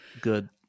Good